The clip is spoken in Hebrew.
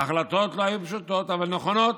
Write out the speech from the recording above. ההחלטות לא היו פשוטות אבל נכונות.